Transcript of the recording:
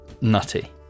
Nutty